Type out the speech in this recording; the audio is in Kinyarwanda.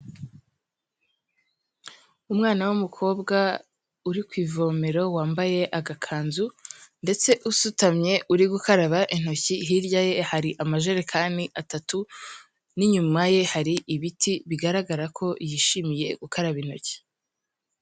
Umwana w'umukobwa uri ku ivomero, wambaye agakanzu ndetse usutamye, uri gukaraba intoki, hirya ye hari amajerekani atatu n'inyuma ye hari ibiti bigaragara ko yishimiye gukaraba intoki.